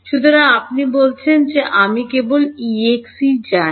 সুতরাং আপনি বলছেন যে আমি কেবল প্রাক্তনকেই জানি